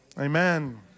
amen